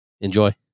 enjoy